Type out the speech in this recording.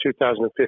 2015